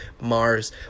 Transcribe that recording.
Mars